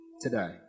today